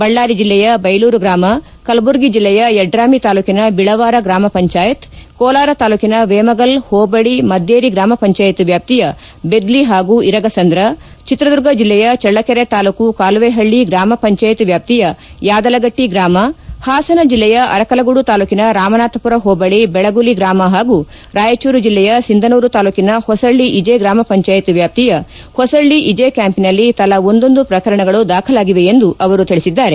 ಬಳ್ಳಾರಿ ಜಿಲ್ಲೆಯ ಬೈಲೂರು ಗ್ರಾಮ ಕಲಬುರುಗಿ ಜಿಲ್ಲೆಯ ಯಡ್ರಾಮಿ ತಾಲ್ಲೂಕಿನ ಬಿಳವಾರ ಗ್ರಾಮ ಪಂಚಾಯತ್ ಕೋಲಾರ ತಾಲ್ಲೂಕಿನ ವೇಮಗಲ್ ಹೋಬಳ ಮದ್ದೇರಿ ಗ್ರಾಮಪಂಚಾಯತ್ ವ್ಯಾಪ್ತಿಯ ಬೆದ್ದಿ ಹಾಗೂ ಇರಗಸಂದ್ರ ಚಿತ್ರದುರ್ಗ ಜಲ್ಲೆಯ ಚಳ್ಳಕೆರೆ ತಾಲ್ಲೂಕು ಕಾಲುವೇಹಳ್ಳಿ ಗ್ರಾಮ ಪಂಚಾಯತ್ ವ್ಯಾಪ್ತಿಯ ಯಾದಲಗಟ್ಟೆ ಗ್ರಾಮ ಹಾಸನ ಜಿಲ್ಲೆಯ ಅರಕಲಗೂಡು ತಾಲ್ಲೂಕಿನ ರಾಮನಾಥಪುರ ಹೋಬಳಿ ಬೆಳಗುಲಿ ಗ್ರಾಮ ಪಾಗೂ ರಾಯಚೂರು ಜಿಲ್ಲೆಯ ಸಿಂಧನೂರು ತಾಲ್ಲೂಕಿನ ಹೊಸಳ್ಳಿ ಇಜ್ ಗ್ರಾಮ ಪಂಚಾಯತ್ ವ್ಯಾಪ್ತಿಯ ಹೊಸಳ್ಳಿ ಇಜ್ ಕ್ಯಾಂಪಿನಲ್ಲಿ ತಲಾ ಒಂದೊಂದು ಪ್ರಕರಣಗಳು ದಾಖಲಾಗಿವೆ ಎಂದು ಅವರು ತಿಳಿಸಿದ್ದಾರೆ